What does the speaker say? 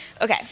Okay